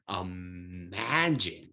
imagine